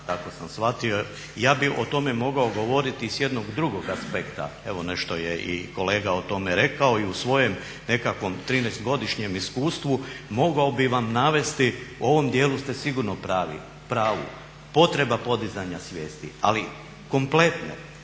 kako sam shvatio. Ja bi o tome mogao govoriti s jednog drugog aspekta, evo nešto je kolega o tome rekao i u svojem nekakvom 13-godišnjem iskustvu mogao bi vam navesti, u ovom dijelu ste sigurno u pravu, potreba podizanja svijesti ali kompletne.